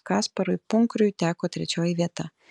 kasparui punkriui teko trečioji vieta